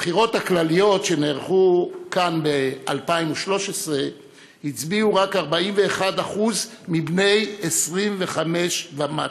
בבחירות הכלליות שנערכו כאן ב-2013 הצביעו רק 41% מבני ה-25 ומטה.